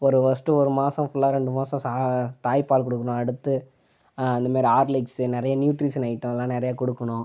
ஒரு ஃபர்ஸ்ட்டு ஒரு மாசம் ஃபுல்லாக ரெண்டு மாசம் சா தாய்ப்பால் கொடுக்குணும் அடுத்து அந்த மாதிரி ஹார்லிக்ஸ் நிறையா நியூட்ரிஸியன் அயிட்டோலாம் நிறையா கொடுக்குணும்